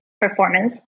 performance